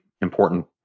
important